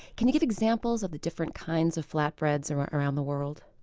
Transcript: can you give examples of the different kinds of flatbreads around the world?